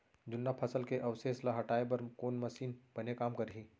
जुन्ना फसल के अवशेष ला हटाए बर कोन मशीन बने काम करही?